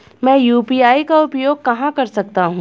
मैं यू.पी.आई का उपयोग कहां कर सकता हूं?